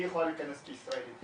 היא תוכל להיכנס כישראלית.